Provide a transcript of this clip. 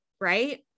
Right